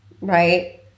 right